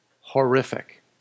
horrific